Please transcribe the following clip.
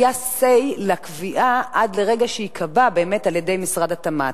היה say לקביעה עד לרגע שייקבע באמת על-ידי משרד התמ"ת.